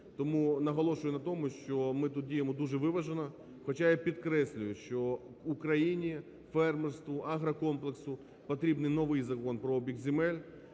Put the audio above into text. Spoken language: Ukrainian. Тому наголошую на тому, що ми тут діємо дуже виважено. Хоча я підкреслюю, що Україні, фермерству, агрокомплексу потрібний новий Закон про обіг земель